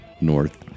North